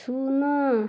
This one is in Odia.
ଶୂନ